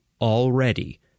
already